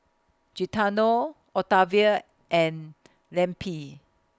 Gaetano Octavia and Lempi